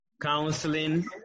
counseling